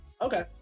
Okay